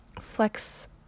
flex